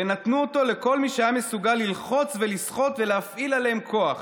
ונתנו אותו לכל מי שהיה מסוגל ללחוץ ולסחוט ולהפעיל עליהם כוח.